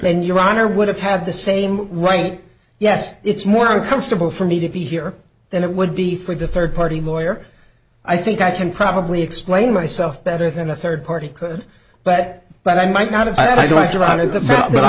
and your honor would have had the same right yes it's more uncomfortable for me to be here than it would be for the third party lawyer i think i can probably explain myself better than a third party but but i might not